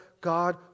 God